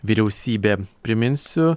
vyriausybė priminsiu